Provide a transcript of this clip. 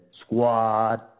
Squad